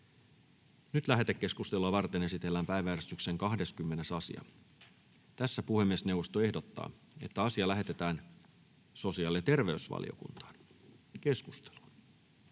Lähetekeskustelua varten esitellään päiväjärjestyksen 12. asia. Puhemiesneuvosto ehdottaa, että asia lähetetään valtiovarainvaliokuntaan. Lähetekeskusteluun